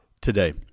today